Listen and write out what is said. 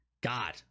God